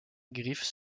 griffes